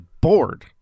bored